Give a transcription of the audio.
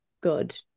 good